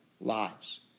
lives